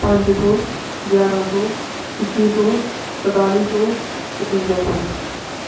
पंज सौ ग्यारहां सौ इक्की सौ कताली सौ पचुंजा सौ